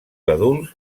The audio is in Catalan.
adults